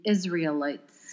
Israelites